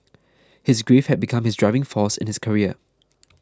his grief had become his driving force in his career